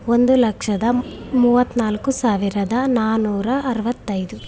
ಒಂದು ಲಕ್ಷದ ಮೂವತ್ನಾಲ್ಕು ಸಾವಿರದ ನಾಲ್ಕುನೂರ ಅರವತ್ತೈದು